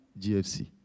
GFC